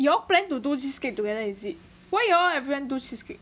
y'all plan to do this cake together is it why y'all everyone all do this cake